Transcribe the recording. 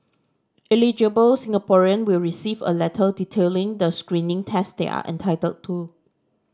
eligible Singaporean will receive a letter detailing the screening tests they are entitled to